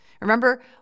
Remember